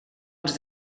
els